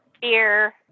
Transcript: Fear